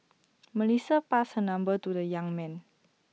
Melissa passed her number to the young man